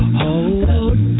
Hold